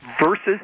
Versus